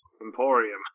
emporium